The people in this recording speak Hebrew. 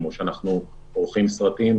שאנחנו שקרנים או שאנחנו עורכים סרטים,